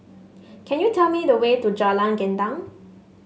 could you tell me the way to Jalan Gendang